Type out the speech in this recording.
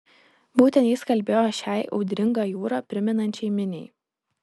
būtent jis kalbėjo šiai audringą jūrą primenančiai miniai